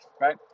right